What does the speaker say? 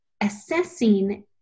assessing